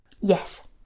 Yes